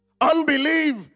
Unbelief